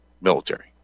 military